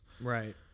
Right